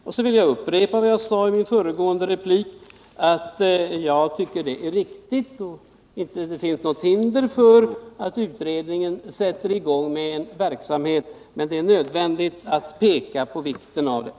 Jag vill också upprepa vad jag sade i min föregående replik: Det finns inte något hinder för utredningen att sätta i gång med en försöksverksamhet men det tycks vara nödvändigt att peka på vikten av detta.